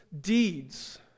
deeds